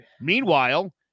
Meanwhile